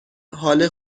حال